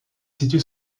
situé